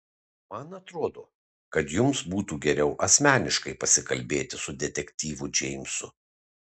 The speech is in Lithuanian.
man atrodo kad jums būtų geriau asmeniškai pasikalbėti su detektyvu džeimsu